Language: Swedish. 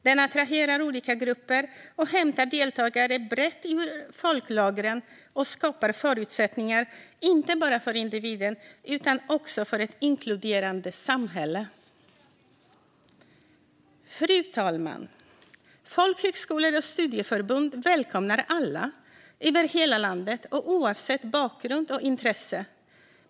Den attraherar olika grupper och hämtar deltagare brett ur folklagren och skapar förutsättningar inte bara för individen utan också för ett inkluderande samhälle. Fru talman! Folkhögskolor och studieförbund välkomnar alla över hela landet oavsett bakgrund och intresse.